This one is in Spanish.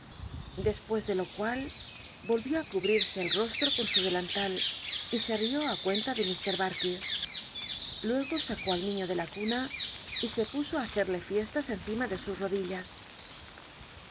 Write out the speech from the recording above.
dcspucs de lo cual r olrió ti cubrirse elostro con su delantal y se rió ti cuenta de ilr barkis luego sacó al niño de la cuna y se puso i jaccrlc fiestas encima de sus rodillas